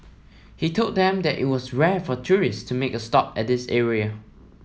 he told them that it was rare for tourists to make a stop at this area